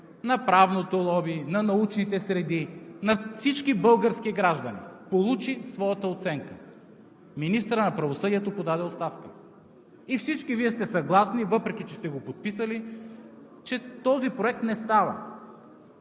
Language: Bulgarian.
на правното лоби, на научните среди, на всички български граждани – получи своята оценка. Министърът на правосъдието подаде оставка и всички Вие сте съгласни, въпреки че сте го подписали, че този проект не става.